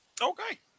Okay